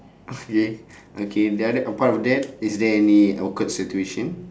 yeah okay the other apart of that is there any awkward situation